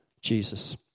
Jesus